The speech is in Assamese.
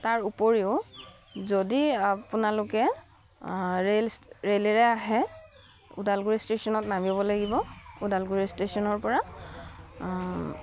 তাৰ উপৰিও যদি আপোনালোকে ৰেল ৰেলেৰে আহে ওদালগুৰি ষ্টেচনত নামিব লাগিব ওদালগুৰি ষ্টেচনৰপৰা